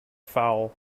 foul